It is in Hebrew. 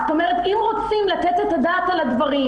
זאת אומרת: אם רוצים לתת את הדעת על הדברים